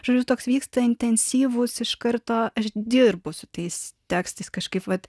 žodžiu toks vyksta intensyvus iš karto aš dirbu su tais tekstais kažkaip vat